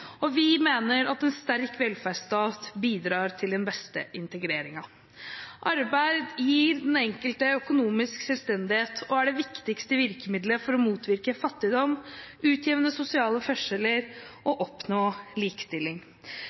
og vi mener at en sterk velferdsstat bidrar til den beste integreringen. Arbeid gir den enkelte økonomisk selvstendighet og er det viktigste virkemidlet for å motvirke fattigdom, utjevne sosiale forskjeller og oppnå likestilling.